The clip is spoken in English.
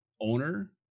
owner